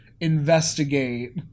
investigate